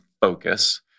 focus